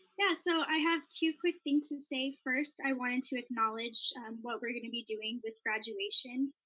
yeah, so i have two quick things to say. first, i wanted to acknowledge what we're gonna be doing with graduation.